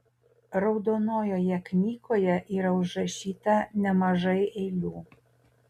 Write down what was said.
raudonojoje knygoje yra užrašyta nemažai eilių